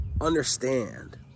understand